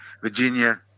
Virginia